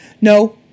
No